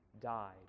died